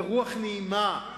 ברוח נעימה,